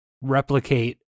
replicate